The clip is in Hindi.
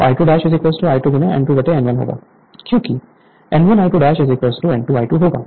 तो I2 I2 N2N1 होगा क्योंकि N1 I2 N2 I2 होगा